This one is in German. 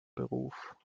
beruf